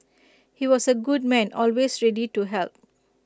he was A good man always ready to help